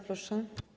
Proszę.